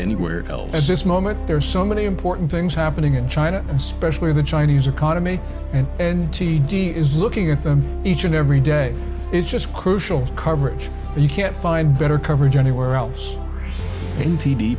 anywhere else at this moment there are so many important things happening in china especially the chinese economy and and t d is looking at them each and every day is just crucial coverage and you can't find better coverage anywhere else in t v